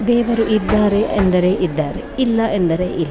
ದೇವರು ಇದ್ದಾರೆ ಎಂದರೆ ಇದ್ದಾರೆ ಇಲ್ಲ ಎಂದರೆ ಇಲ್ಲ